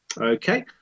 okay